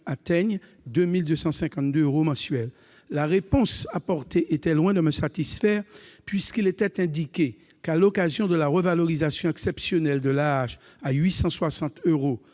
atteignent 2 252 euros mensuels. La réponse apportée était loin de me satisfaire, puisqu'il était indiqué qu'à l'occasion de la revalorisation exceptionnelle de l'AAH à 860 euros